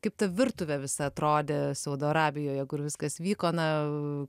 kaip ta virtuvė visa atrodė saudo arabijoje kur viskas vyko na